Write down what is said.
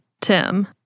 Tim